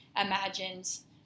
imagines